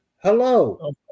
Hello